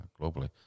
globally